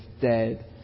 dead